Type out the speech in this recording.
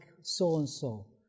so-and-so